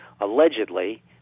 Allegedly